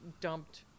dumped